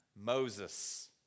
Moses